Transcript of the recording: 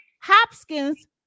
Hopkins